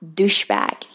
Douchebag